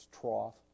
trough